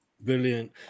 Brilliant